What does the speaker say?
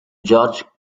george